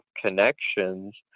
connections